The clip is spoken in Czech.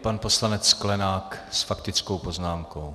Pan poslanec Sklenák s faktickou poznámkou.